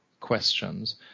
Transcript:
questions